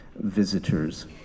visitors